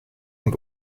und